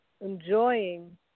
enjoying